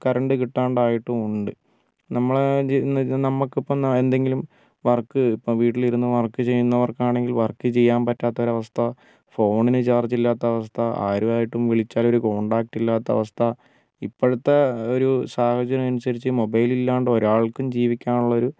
current കിട്ടാണ്ടായിട്ടും ഉണ്ട് നമ്മളെ നമ്മക്കിപ്പം എന്തെങ്കിലും വർക്ക് ഇപ്പം വീട്ടിലിരുന്ന് വർക്ക് ചെയ്യുന്നോർക്കാണെങ്കിൽ വർക്ക് ചെയ്യാൻ പറ്റാത്തൊരവസ്ഥ ഫോണിന് ചാർജില്ലാത്ത അവസ്ഥ ആരു ആയിട്ടും വിളിച്ചാലൊരു കോണ്ടാക്റ്റില്ലാത്ത അവസ്ഥ ഇപ്പഴത്തെ ഒരു സാഹചര്യനുസരിച്ച് മൊബെയിലില്ലാണ്ട് ഒരാൾക്കും ജീവിക്കാനുള്ളൊരു